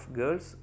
girls